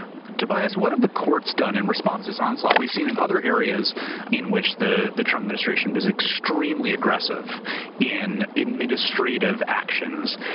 tobias, what have the courts done in response to this onslaught? we've seen in other areas in which the the trump administration was extremely aggressive in administrative actions.